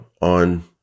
on